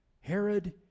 Herod